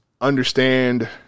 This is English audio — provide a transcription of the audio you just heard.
understand